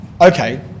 okay